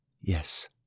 yes